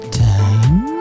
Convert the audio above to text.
time